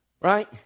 Right